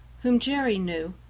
whom jerry knew,